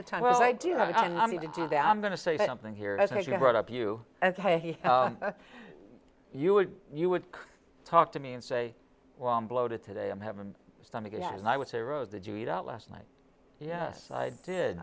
the time well i do have to do that i'm going to say something here as you brought up you you would you would talk to me and say well i'm bloated today i'm having some again i would say road that you eat out last night yes i did